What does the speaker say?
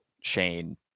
Shane